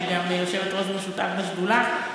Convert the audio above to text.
שהיא יושבת-ראש משותפת בשדולה.